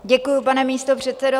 Děkuji, pane místopředsedo.